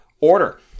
order